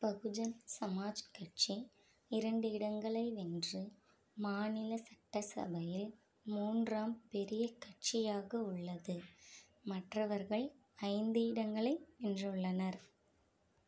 பகுஜன் சமாஜ் கட்சி இரண்டு இடங்களை வென்று மாநில சட்ட சபையில் மூன்றாம் பெரிய கட்சியாக உள்ளது மற்றவர்கள் ஐந்து இடங்களை வென்றுள்ளனர்